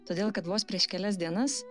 todėl kad vos prieš kelias dienas